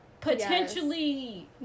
potentially